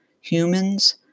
humans